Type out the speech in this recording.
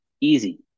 easy